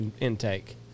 intake